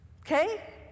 okay